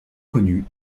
connu